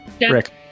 Rick